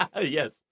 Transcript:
Yes